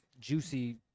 juicy